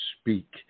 speak